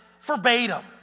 verbatim